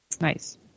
Nice